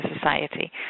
society